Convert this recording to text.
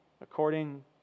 according